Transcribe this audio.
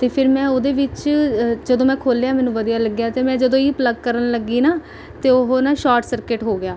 ਅਤੇ ਫਿਰ ਮੈਂ ਉਹਦੇ ਵਿੱਚ ਜਦੋਂ ਮੈਂ ਖੋਲ੍ਹਿਆ ਮੈਨੂੰ ਵਧੀਆ ਲੱਗਿਆ ਅਤੇ ਮੈਂ ਜਦੋਂ ਹੀ ਪਲੱਗ ਕਰਨ ਲੱਗੀ ਨਾ ਅਤੇ ਉਹ ਨਾ ਸ਼ੋਰਟ ਸਰਕਟ ਹੋ ਗਿਆ